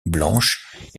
blanche